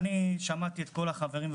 שמעתי את כל החברים.